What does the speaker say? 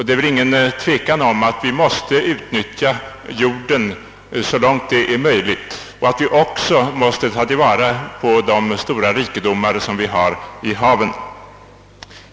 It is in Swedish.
Det är inte något tvivel om att vi måste utnyttja jorden så långt det är möjligt och även ta till vara de stora rikedomar som finns i haven.